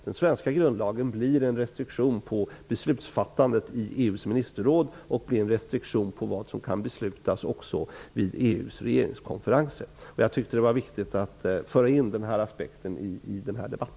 Den svenska grundlagen blir en restriktion på beslutsfattandet i EU:s ministerråd och på vad som kan beslutas också vid EU:s regeringskonferenser. Jag tyckte det var viktigt att föra in den här aspekten i denna debatt.